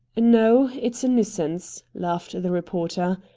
no, it's a nuisance, laughed the reporter.